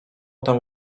tam